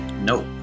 Nope